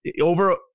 over